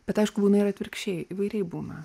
bet aišku būna ir atvirkščiai įvairiai būna